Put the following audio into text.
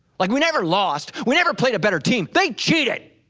like we never lost, we never played a better team, they cheated.